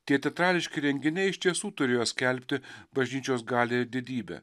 tie teatrališki renginiai iš tiesų turėjo skelbti bažnyčios galią ir didybę